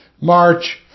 March